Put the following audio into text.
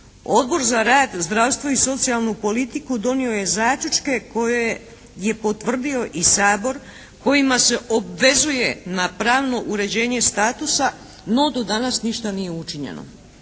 Odbor za rad, zdravstvo i socijalnu politiku donio je zaključke koje je potvrdio i Sabor kojima se obvezuje na pravno uređenje statusa no do danas ništa nije učinjeno.